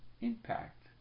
impact